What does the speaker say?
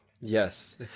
Yes